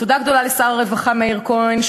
תודה גדולה לשר הרווחה מאיר כהן,